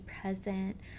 present